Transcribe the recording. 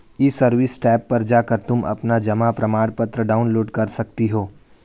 ई service tab पर जाकर तुम अपना जमा प्रमाणपत्र डाउनलोड कर सकती हो